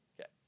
Okay